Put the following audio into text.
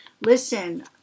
Listen